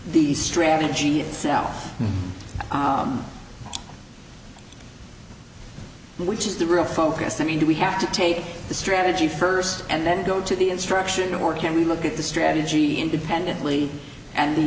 the strategy itself which is the real focus i mean we have to take the strategy first and then go to the instruction or can we look at the strategy ind